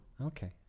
Okay